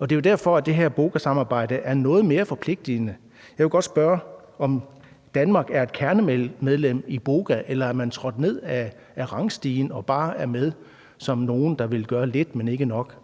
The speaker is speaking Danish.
Det er jo derfor, at det her BOGA-samarbejde er noget mere forpligtende. Jeg vil godt spørge, om Danmark er et kernemedlem af BOGA, eller om man er trådt ned ad rangstigen og bare er med som nogen, der vil gøre lidt, men ikke nok.